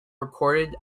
recorded